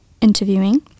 interviewing